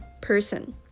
person